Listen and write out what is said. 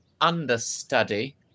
understudy